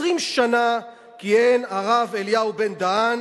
20 שנה כיהן הרב אליהו בן-דהן